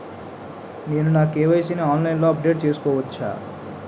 నేను నా కే.వై.సీ ని ఆన్లైన్ లో అప్డేట్ చేసుకోవచ్చా?